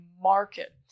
market